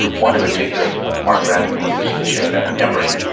one in particular from mark rapaport, who's the chair down at emory,